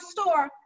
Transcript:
store